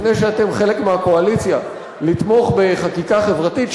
לפני שאתם חלק מהקואליציה, לתמוך בחקיקה חברתית.